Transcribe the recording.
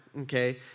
okay